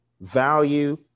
value